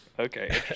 Okay